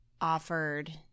offered –